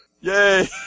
Yay